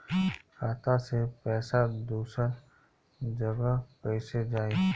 खाता से पैसा दूसर जगह कईसे जाई?